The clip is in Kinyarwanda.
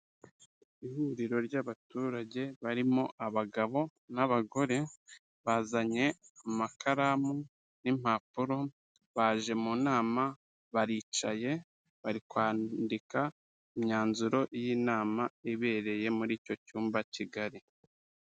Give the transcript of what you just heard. Ihuriro ry'abaturage barimo abagabo n'abagore bazanye amakaramu n'impapuro baje mu nama baricaye bari kwandika imyanzuro y'inama ibereye muri icyo cyumba Kigali.